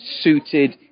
suited